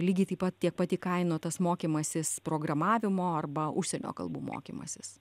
lygiai taip pat tiek pat įkainotas mokymasis programavimo arba užsienio kalbų mokymasis